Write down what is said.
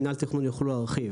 מינהל התכנון יוכלו להרחיב.